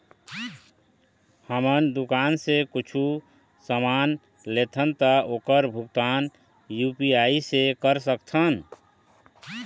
हमन दुकान से कुछू समान लेथन ता ओकर भुगतान यू.पी.आई से कर सकथन?